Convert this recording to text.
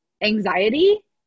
anxiety